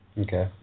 Okay